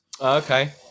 Okay